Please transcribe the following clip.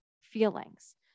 feelings